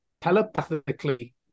telepathically